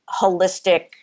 holistic